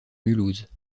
mulhouse